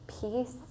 peace